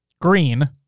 green